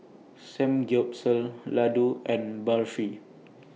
Samgyeopsal Ladoo and Barfi